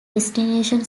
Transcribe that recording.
destination